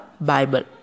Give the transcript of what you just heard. Bible